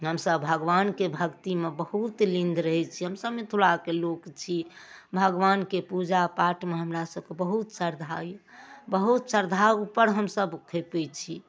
हमसब भगवानके भक्तिमे बहुत लीन रहैत छी हमसभ मिथिला कऽ लोक छी भगवानके पूजा पाठमे हमरा सबके बहुत श्रद्धा यऽ बहुत श्रद्धा ओहिपर हमसभ खेपैत छी